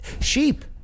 Sheep